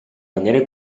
manera